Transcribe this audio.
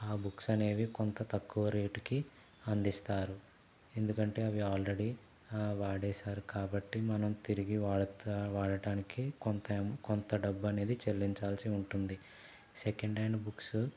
ఆ బుక్స్ అనేవి కొంత తక్కువ రేట్కి అందిస్తారు ఎందుకంటే అవి ఆల్రెడీ వాడేసారు కాబట్టి మనం తిరిగి వాడతా వాడటానికి కొంత అమౌ కొంత డబ్బనేది చెల్లించాల్సి ఉంటుంది సెకెండ్ హ్యాండ్ బుక్సు